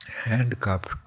handcuffed